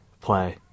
play